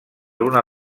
una